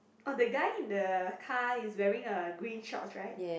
orh the guy in the car is wearing a green shorts right